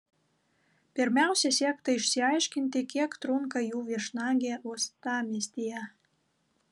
pirmiausia siekta išsiaiškinti kiek trunka jų viešnagė uostamiestyje